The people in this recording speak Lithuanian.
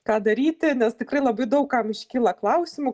ką daryti nes tikrai labai daug kam iškyla klausimų